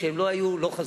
כשהם לא היו, לא חזרו,